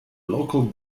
local